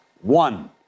One